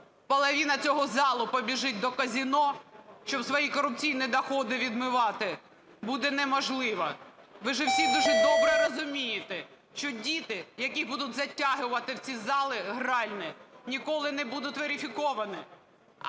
половина цього залу побіжить до казино, щоб свої корупційні доходи відмивати, буде неможливо. Ви же всі дуже добре розумієте, що діти, яких будуть затягувати в ці зали гральні, ніколи не будуть верифіковані,